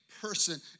person